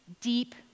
deep